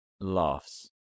laughs